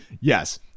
yes